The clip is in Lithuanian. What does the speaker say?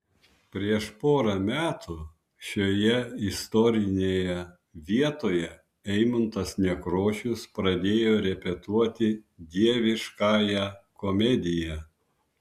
prieš porą metų šioje istorinėje vietoje eimuntas nekrošius pradėjo repetuoti dieviškąją komediją